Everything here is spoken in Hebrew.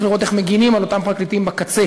צריך לראות איך מגינים על אותם פרקליטים בקצה,